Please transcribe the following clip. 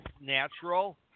natural